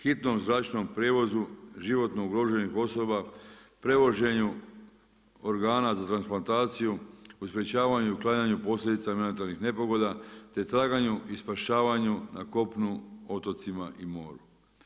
Hitnom zračnom prijevozu, životno ugroženih osoba, prevoženju organa za transplantaciju, u sprječavanju i otklanjanju posljedica od elementarnih nepogoda, te traganju i spašavanju na kopnu, otocima i moru.